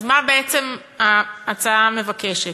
אז מה בעצם ההצעה מבקשת?